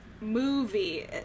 movie